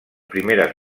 primeres